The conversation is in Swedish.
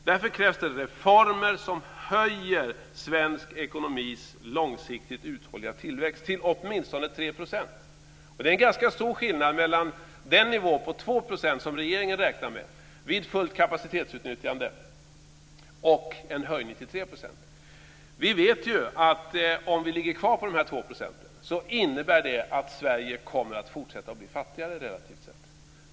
Därför krävs det reformer som höjer svensk ekonomis långsiktigt hållbara tillväxt till åtminstone 3 %. Det är ganska stor skillnad mellan den nivå på 2 % som regeringen räknar med vid fullt kapacitetsutnyttjande och en höjning till 3 %. Vi vet ju att om vi ligger kvar på dessa 2 % innebär det att Sverige kommer att fortsätta att bli fattigare relativt sett.